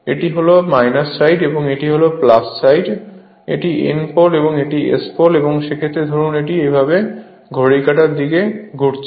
এটি হল সাইড এবং এটি সাইড এটি N পোল এবং এটি S পোল এবং সেক্ষেত্রে ধরুন এটি এভাবে ঘড়ির কাঁটার দিকে ঘুরছে